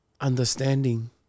understanding